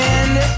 end